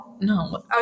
no